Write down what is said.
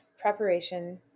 preparation